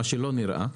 מה שלא נראה,